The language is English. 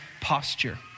posture